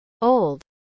old